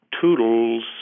Toodles